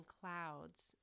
clouds